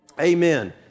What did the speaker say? amen